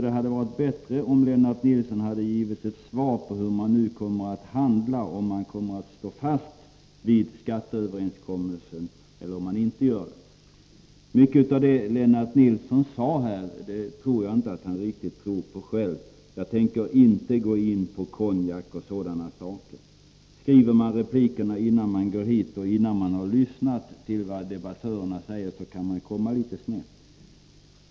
Det hade varit bättre om Lennart Nilsson hade gett ett svar på frågan hur man nu kommer att handla, om man kommer att stå fast vid skatteöverenskommelsen eller inte. När det gäller mycket av det som Lennart Nilsson här sade förmodar jag att han inte riktigt tror på det själv. Jag tänker inte gå in på konjak och sådana saker. Skriver man replikerna innan man går hit och innan man har lyssnat till vad debattörerna säger kan man komma litet snett.